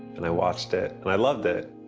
and i watched it, and i loved it.